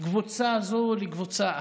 קבוצה זו לקבוצה אחרת.